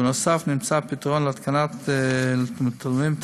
ובנוסף נמצא פתרון להתקנת טלוויזיות למטופלים,